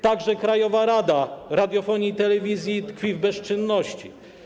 Także Krajowa Rada Radiofonii i Telewizji tkwi w bezczynności.